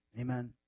Amen